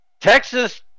Texas